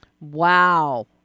Wow